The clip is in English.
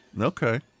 Okay